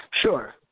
Sure